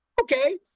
Okay